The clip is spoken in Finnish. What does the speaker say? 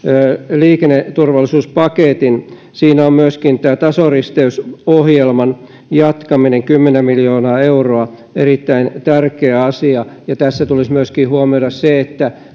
liikenneturvallisuuspaketin siinä on tämän tasoristeysohjelman jatkaminen kymmenen miljoonaa euroa erittäin tärkeä asia ja tässä tulisi myöskin huomioida se että